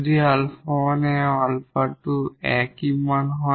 যদি 𝛼1 এবং 𝛼2 একই মান হয়